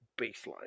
baseline